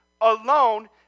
alone